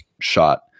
shot